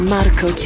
Marco